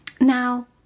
now